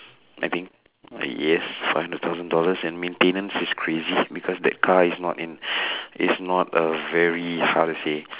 I think uh yes five hundred thousand dollars and maintenance is crazy because that car is not in it's not a very how to say